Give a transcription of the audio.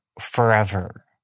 forever